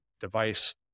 device